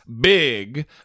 big